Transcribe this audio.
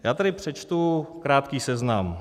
Já tady přečtu krátký seznam.